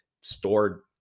stored